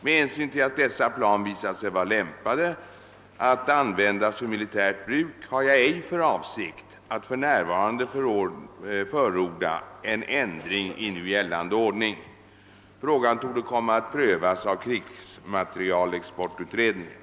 Med hänsyn till att dessa plan visat sig vara lämpade att användas för militärt bruk har jag ej för avsikt att för närvarande förorda en ändring i nu gällande ordning. Frågan torde komma att prövas av krigsmaterielexportutredningen.